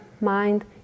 mind